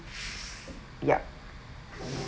ya